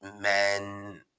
men